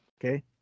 Okay